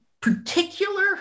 particular